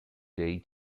day